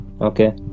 Okay